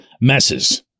messes